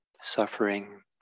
suffering